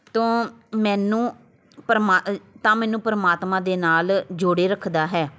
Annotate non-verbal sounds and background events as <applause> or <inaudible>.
ਤੋਂ ਮੈਨੂੰ ਪਰਮਾ <unintelligible> ਤਾਂ ਮੈਨੂੰ ਪਰਮਾਤਮਾ ਦੇ ਨਾਲ ਜੋੜੇ ਰੱਖਦਾ ਹੈ